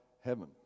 heaven